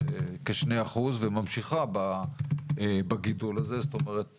זה כ-2% וממשיכה בגידול הזה, זאת אומרת